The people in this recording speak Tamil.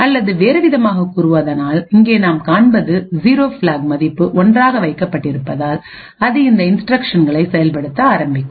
அல்லது வேறு வேறுவிதமாகக் கூறுவதானால் இங்கே நாம் காண்பது 0 பிளாக் மதிப்பு 1 ஆக வைக்கப்பட்டிருப்பதால் அது இந்த இன்ஸ்டிரக்ஷன்களை செயல்படுத்த ஆரம்பிக்கும்